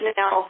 now